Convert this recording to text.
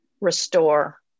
restore